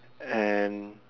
and